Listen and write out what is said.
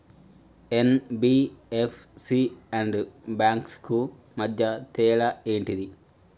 NBFC and banks కు మధ్య తేడా ఏంటిది?